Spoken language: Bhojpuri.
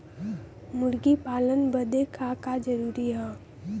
मुर्गी पालन बदे का का जरूरी ह?